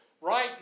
Right